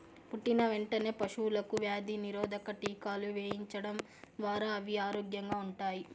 పుట్టిన వెంటనే పశువులకు వ్యాధి నిరోధక టీకాలు వేయించడం ద్వారా అవి ఆరోగ్యంగా ఉంటాయి